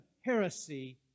heresy